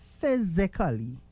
physically